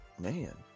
man